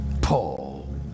Paul